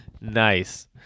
nice